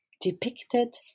depicted